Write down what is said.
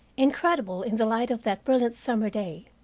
incredible in the light of that brilliant summer day.